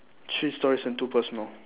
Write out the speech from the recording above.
three stories and two personal